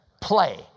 play